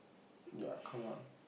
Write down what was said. ya come on